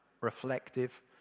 reflective